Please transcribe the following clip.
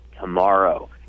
tomorrow